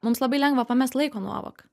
mums labai lengva pamest laiko nuovoką